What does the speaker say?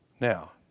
Now